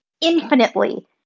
infinitely